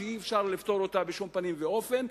שאי-אפשר לפתור אותה בשום פנים ואופן,